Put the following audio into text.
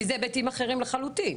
כי זה היבטים אחרים לחלוטין.